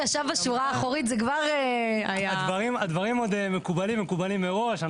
הדברים מקובלים, מקובלים מראש.